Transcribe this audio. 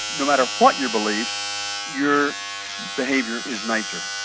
no matter what your beliefs your behaviour is nicer.